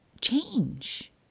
change